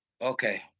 Okay